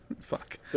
Fuck